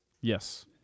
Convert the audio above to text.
Yes